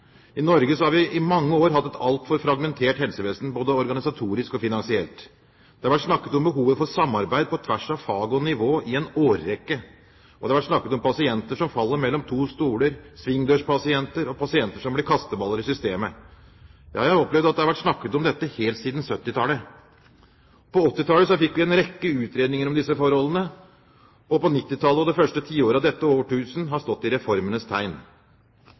I Norge har vi i mange år hatt et altfor fragmentert helsevesen, både organisatorisk og finansielt. Det har vært snakket om behovet for samarbeid på tvers av fag og nivå i en årrekke. Det har vært snakket om pasienter som faller mellom to stoler, svingdørspasienter og pasienter som blir kasteballer i systemet. Jeg har opplevd at det har vært snakket om dette helt siden 1970-tallet. På 1980-tallet fikk vi en rekke utredninger om disse forholdene. 1990-tallet og det første tiåret av dette årtusen har stått i reformenes tegn.